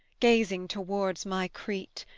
gazing towards my crete,